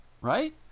Right